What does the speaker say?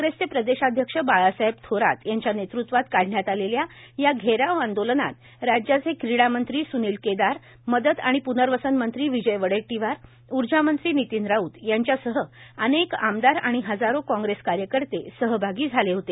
काँग्रेस चे प्रदेशाध्यक्ष बाळासाहेब थोरात यांच्या नेतृत्वात काढण्यात आलेल्या या घेराव आंदोलनात राज्याचे क्रीडा मंत्री स्नील केदार मदत व प्नर्वसन मंत्री विजय वडेट्टीवार ऊर्जामंत्री नितीन राऊत यांचा सह अनेक आमदार आणि हजारो काँग्रेस कार्यकर्ते सहभागी झाले होते